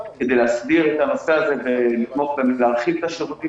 כדי להסדיר את הנושא הזה ולהרחיב את השירותים